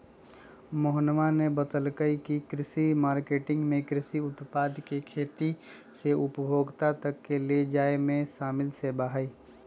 मोहना ने बतल कई की कृषि मार्केटिंग में कृषि उत्पाद के खेत से उपभोक्ता तक ले जाये में शामिल सेवा हई